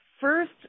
first